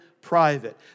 private